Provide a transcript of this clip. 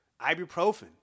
Ibuprofen